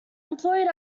employed